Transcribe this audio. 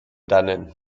dannen